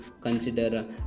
consider